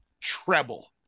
treble